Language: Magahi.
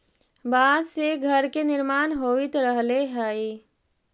बाँस से घर के निर्माण होवित रहले हई